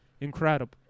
Incredible